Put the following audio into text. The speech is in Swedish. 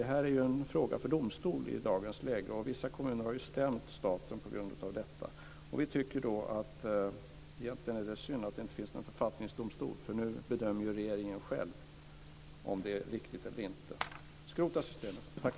Det är en fråga för domstol i dagens läge. Vissa kommuner har stämt staten på grund av detta. Vi tycker att det egentligen är synd att det inte finns någon författningsdomstol, för nu bedömer regeringen själv om det är riktigt eller inte. Skrota systemet! Tack.